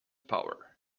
power